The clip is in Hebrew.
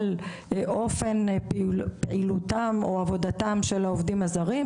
אחרים על אופן פעילותם או עבודתם של העובדים הזרים.